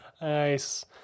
Nice